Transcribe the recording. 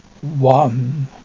One